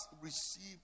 received